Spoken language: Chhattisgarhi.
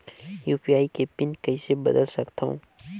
यू.पी.आई के पिन कइसे बदल सकथव?